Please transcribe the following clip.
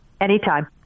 Anytime